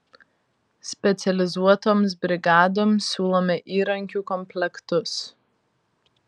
specializuotoms brigadoms siūlome įrankių komplektus